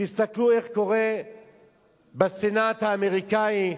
תסתכלו איך קורה בסנאט האמריקני,